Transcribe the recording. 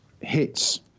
hits